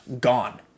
gone